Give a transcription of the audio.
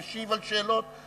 משיב על שאלות.